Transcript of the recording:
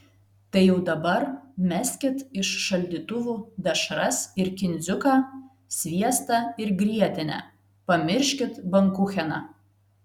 tai jau dabar meskit iš šaldytuvų dešras ir kindziuką sviestą ir grietinę pamirškit bankucheną